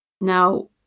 Now